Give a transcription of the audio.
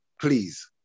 Please